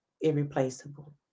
irreplaceable